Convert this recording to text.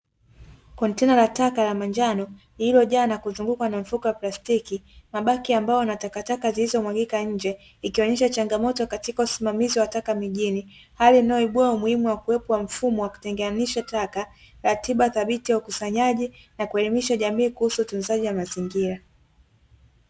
Kontena la taka la manjano lililojaa na kuzungukwa mfuko wa plastiki, mabaki ambayo yana takataka zilizomwagika nje ikionesha changamoto katika usimamizi wa taka mijini, hali inayoibua umuhimu wa kuwepo kwa mfumo wa kutenganisha taka, ratiba dhabiti ya ukusanyaji, na kuelimisha jamii kuhusu utunzaji wa mazingira.